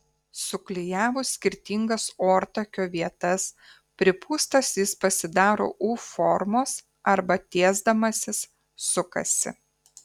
suklijavus skirtingas ortakio vietas pripūstas jis pasidaro u formos arba tiesdamasis sukasi